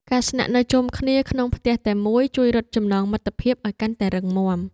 ការស្នាក់នៅជុំគ្នាក្នុងផ្ទះតែមួយជួយរឹតចំណងមិត្តភាពឱ្យកាន់តែរឹងមាំ។